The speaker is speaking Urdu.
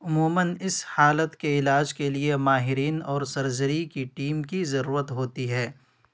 عموماً اس حالت کے علاج کے لیے ماہرین اور سرجری کی ٹیم کی ضرورت ہوتی ہے